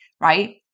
right